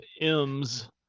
m's